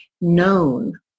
known